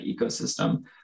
ecosystem